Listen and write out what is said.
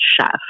Chef